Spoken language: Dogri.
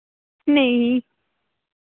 नेईं